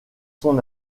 son